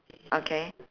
okay